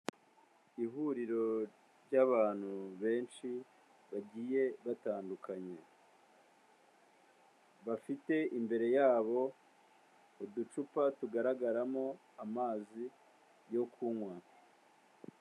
Ihuriro ry'abantu benshi bagiye batandukanye, bafite imbere yabo uducupa tugaragaramo amazi yo kunywa.